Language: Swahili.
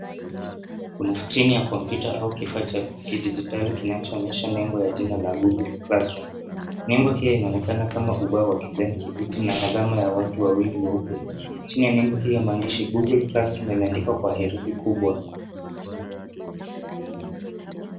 Kuna skrini ya kompyuta au kifaa cha kidijitali kinachoonyesha nembo ya jina Goggle Classroom , nembo hio inaonekana kama ubao wa kijani kibichi na alama ya watu wawili weupe, chini ya nembo hii ya maandishi Goggle Classroom imeandikwa kwa herufi kubwa.